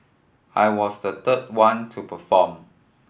I was the third one to perform